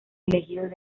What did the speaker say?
elegidos